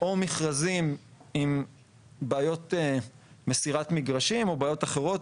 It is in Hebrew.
או מכרזים עם בעיות מסירת מגרשים או בעיות אחרות,